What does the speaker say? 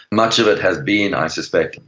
much of it has been, i suspect,